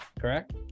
correct